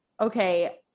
okay